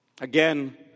Again